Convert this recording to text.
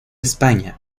españa